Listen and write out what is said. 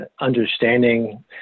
understanding